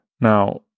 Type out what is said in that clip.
Now